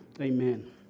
Amen